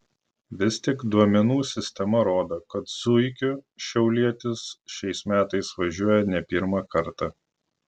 vis tik duomenų sistema rodo kad zuikiu šiaulietis šiais metais važiuoja ne pirmą kartą